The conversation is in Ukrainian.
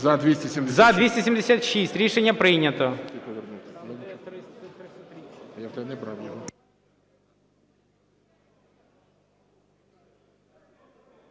За-276 Рішення прийнято.